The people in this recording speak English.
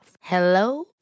Hello